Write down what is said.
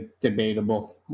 debatable